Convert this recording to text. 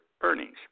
earnings